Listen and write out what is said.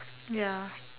ya